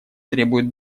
требуют